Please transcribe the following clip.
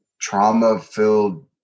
trauma-filled